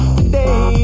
today